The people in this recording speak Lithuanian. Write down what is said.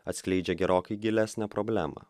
atskleidžia gerokai gilesnę problemą